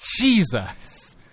Jesus